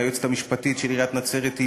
היועצת המשפטית של עיריית נצרת-עילית,